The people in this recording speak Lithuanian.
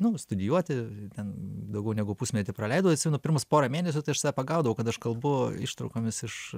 nu studijuoti ten daugiau negu pusmetį praleidau atsimenu pirmus porą mėnesių tai aš save pagaudavau kad aš kalbu ištraukomis iš